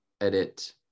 edit